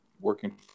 working